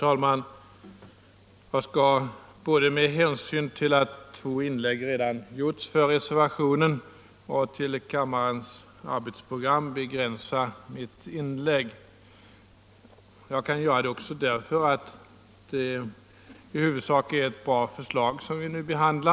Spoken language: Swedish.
Herr talman! Med hänsyn till att två inlägg redan har gjorts för reservationerna och även med hänsyn till kammarens arbetsprogram skall jag begränsa detta mitt inlägg. Jag kan göra det också därför att det i huvudsak är ett bra förslag som nu behandlas.